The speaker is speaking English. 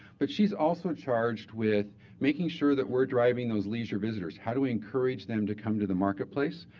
but she's also charged with making sure that we're driving those leisure visitors. how do we encourage them to come to the marketplace?